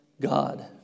God